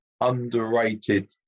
underrated